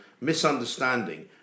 misunderstanding